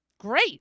Great